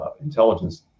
intelligence